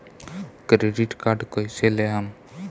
Credit card कईसे लेहम?